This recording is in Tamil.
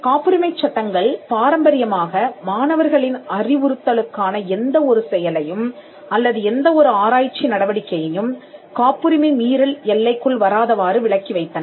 காப்புரிமைச் சட்டங்கள் பாரம்பரியமாக மாணவர்களின் அறிவுறுத்தலுக்கான எந்த ஒரு செயலையும் அல்லது எந்த ஒரு ஆராய்ச்சி நடவடிக்கையையும் காப்புரிமை மீறல் எல்லைக்குள் வராதவாறு விலக்கி வைத்தனர்